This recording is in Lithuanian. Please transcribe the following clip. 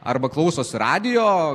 arba klausosi radijo